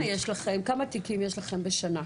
כמה תיקים יש לכם בשנה?